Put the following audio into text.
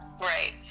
right